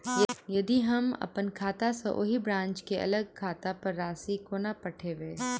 यदि हम अप्पन खाता सँ ओही ब्रांच केँ अलग खाता पर राशि कोना पठेबै?